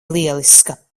lieliska